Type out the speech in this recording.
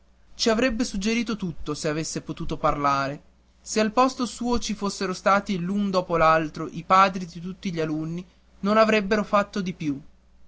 ci avrebbe suggerito ogni cosa se avesse potuto parlare se al posto suo ci fossero stati l'un dopo l'altro i padri di tutti gli alunni non avrebbero fatto di più